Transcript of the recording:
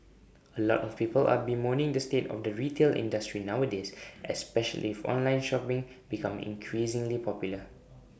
A lot of people are bemoaning the state of the retail industry nowadays especially for online shopping becoming increasingly popular